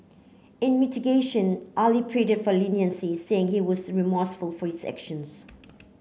in mitigation Ali pleaded for leniency saying he was remorseful for his actions